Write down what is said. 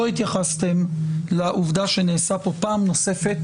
לא התייחסתם לעובדה שנעשה פה פעם נוספת